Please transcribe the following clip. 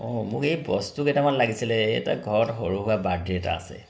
অঁ মোক এই বস্তু কেইটামান লাগিছিলে এই এটা ঘৰত সৰু সুৰা বাৰ্থডে' এটা আছে